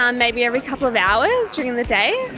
um maybe every couple of hours during the day.